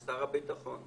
שר הביטחון.